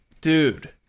dude